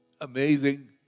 amazing